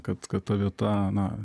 kad kad ta vieta na